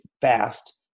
fast